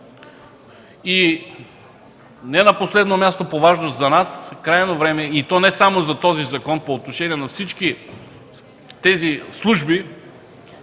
И не на последно място по важност за нас – крайно време е, и то не само за този закон, а по отношение на всички тези служби,